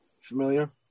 Familiar